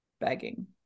begging